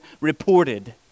reported